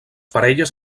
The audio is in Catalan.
parelles